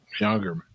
younger